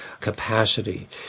capacity